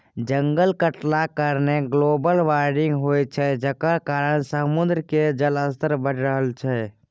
जंगल कटलाक कारणेँ ग्लोबल बार्मिंग होइ छै जकर कारणेँ समुद्र केर जलस्तर बढ़ि रहल छै